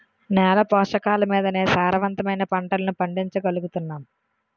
నేల పోషకాలమీదనే సారవంతమైన పంటలను పండించగలుగుతున్నాం